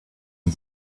and